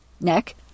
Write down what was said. neck